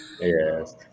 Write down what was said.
Yes